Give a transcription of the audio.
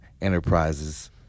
enterprises